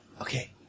Okay